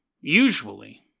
usually